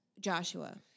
Joshua